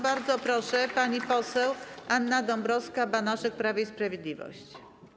Bardzo proszę, pani poseł Anna Dąbrowska-Banaszek, Prawo i Sprawiedliwość.